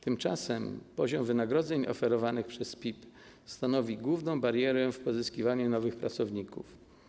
Tymczasem poziom wynagrodzeń oferowanych przez PIP stanowi główną barierę w pozyskiwaniu nowych pracowników.